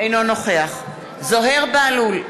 אינו נוכח זוהיר בהלול,